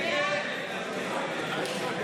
ההצעה